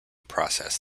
process